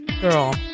Girl